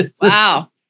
Wow